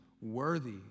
worthy